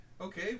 Okay